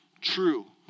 true